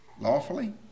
lawfully